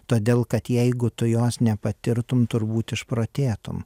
todėl kad jeigu tu jos nepatirtum turbūt išprotėtum